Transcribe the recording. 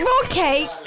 Okay